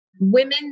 women